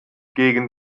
gegen